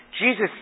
Jesus